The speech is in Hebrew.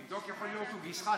תבדוק, יכול להיות שהוא גיסך.